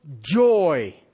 joy